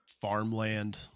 farmland